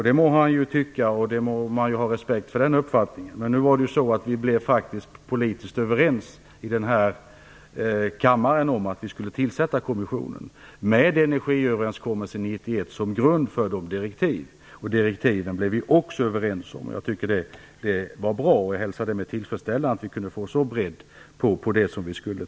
Det må han få tycka, och man kan ha respekt för den uppfattningen, men vi blev faktiskt politiskt överens i kammaren om att tillsätta kommissionen, med energiöverenskommelsen 1991 som grund för direktiven, vilka vi också blev överens om. Jag tycker att det var bra, och jag hälsar med tillfredsställelse att vi kunde få en sådan bredd på det som vi tog fram.